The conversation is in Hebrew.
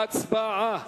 הצבעה.